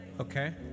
Okay